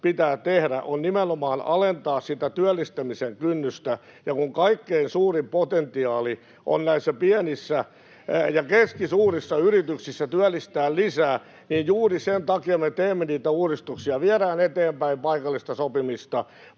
pitää tehdä, on nimenomaan alentaa sitä työllistämisen kynnystä. Ja kun kaikkein suurin potentiaali työllistää lisää on pienissä ja keskisuurissa yrityksissä, niin juuri sen takia me teemme niitä uudistuksia, viedään eteenpäin paikallista sopimista,